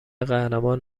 قهرمان